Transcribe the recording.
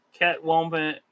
catwoman